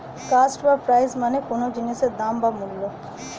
cost বা price মানে কোনো জিনিসের দাম বা মূল্য